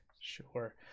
Sure